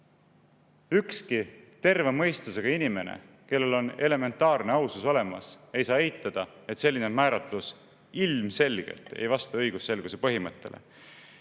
Ükski terve mõistusega inimene, kellel on elementaarne ausus olemas, ei saa eitada, et selline määratlus ilmselgelt ei vasta õigusselguse põhimõttele.